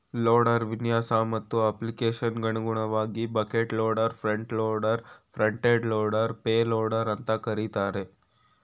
loader ವಿನ್ಯಾಸ ಮತ್ತು ಅಪ್ಲಿಕೇಶನ್ಗನುಗುಣವಾಗಿ bucket loader front loader front end loader payloader ಅಂತ ಕರೀತಾರೆ